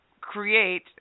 create